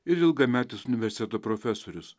ir ilgametis universeto profesorius